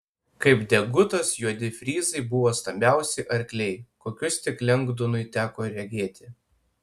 kaip degutas juodi fryzai buvo stambiausi arkliai kokius tik lengdonui teko regėti